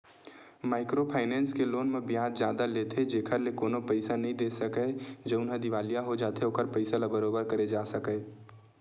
micro finance के loan म बियाज जादा लेथे जेखर ले कोनो पइसा नइ दे सकय जउनहा दिवालिया हो जाथे ओखर पइसा ल बरोबर करे जा सकय